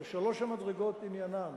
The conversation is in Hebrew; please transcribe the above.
אבל שלוש המדרגות עניינן